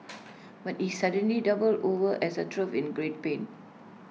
but he suddenly doubled over as though in great pain